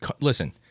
listen